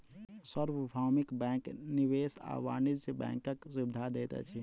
सार्वभौमिक बैंक निवेश आ वाणिज्य बैंकक सुविधा दैत अछि